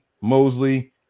Mosley